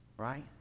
right